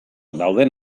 dauden